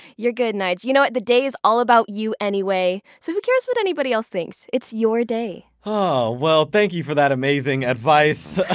you're good, nyge. you know what? the day is all about you anyway, so who cares what anybody else thinks? it's your day! well, thank you for that amazing advice.